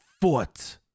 foot